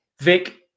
Vic